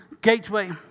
Gateway